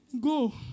go